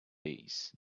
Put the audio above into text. bees